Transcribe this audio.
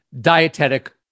dietetic